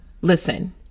listen